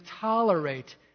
tolerate